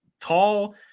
tall